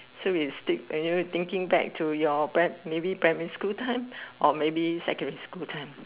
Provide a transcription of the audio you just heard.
so it will stick and you will thinking back to your pri~ maybe primary school time or maybe secondary school time